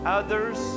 others